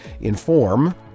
inform